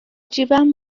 جیبم